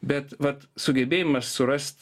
bet vat sugebėjimas surast